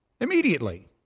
immediately